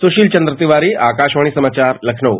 सुशील चन्द्र तिवारी आकाशवाणी समाचार लखनऊ